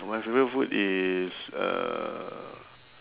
my favourite food is uh